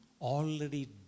already